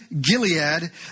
Gilead